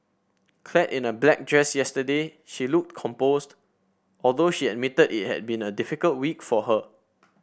Clad in a black dress yesterday she looked composed although she admitted it had been a difficult week for her